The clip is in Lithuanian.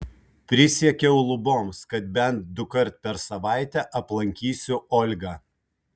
prisiekiau luboms kad bent dukart per savaitę aplankysiu olgą